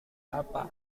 apa